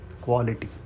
quality